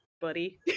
buddy